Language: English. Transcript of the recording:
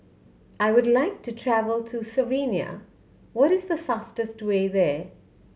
I would like to travel to Slovenia what is the fastest way there